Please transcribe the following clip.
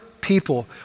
people